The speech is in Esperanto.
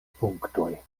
punktoj